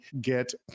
get